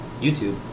YouTube